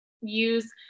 use